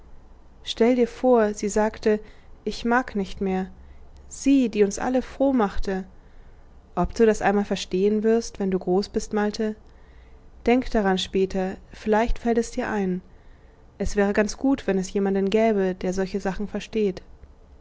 stell dir vor sie sagte ich mag nicht mehr sie die uns alle froh machte ob du das einmal verstehen wirst wenn du groß bist malte denk daran später vielleicht fällt es dir ein es wäre ganz gut wenn es jemanden gäbe der solche sachen versteht